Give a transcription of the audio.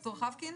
ד"ר חבקין.